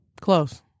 Close